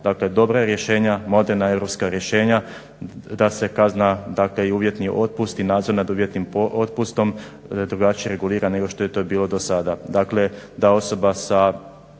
dakle dobra rješenja, moderna europska rješenja, da se kazna dakle i uvjetni otpust i nadzor nad uvjetnim otpustom drugačije regulira nego što je to bilo do sada.